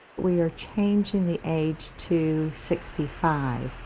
we are changing the age to sixty five.